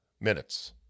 minutes